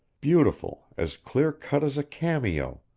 beautiful, as clear-cut as a cameo,